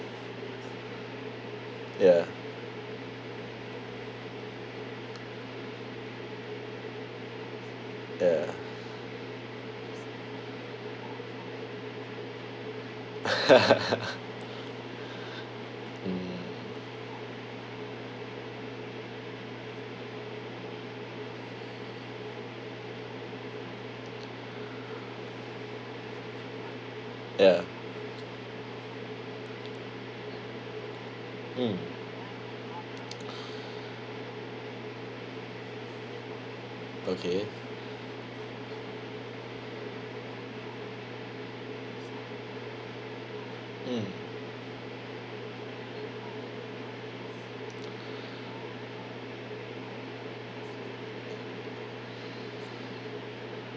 ya ya mm ya mm okay mm